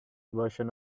version